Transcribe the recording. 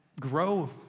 grow